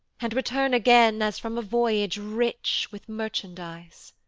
and return again, as from a voyage, rich with merchandise.